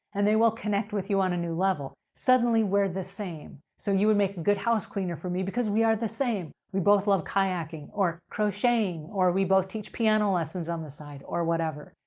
and they will connect with you on a new level. suddenly, we're the same. so, you would make good house cleaner for me because we are the same. we both love kayaking, or crocheting, or we both teach piano lessons on the side, or whatever.